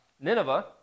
Nineveh